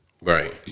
Right